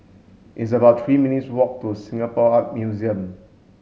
it's about three minutes walk to Singapore Art Museum